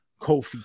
Kofi